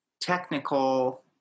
technical